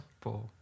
Four